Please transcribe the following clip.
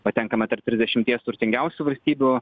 patenkame tarp trisdešimties turtingiausių valstybių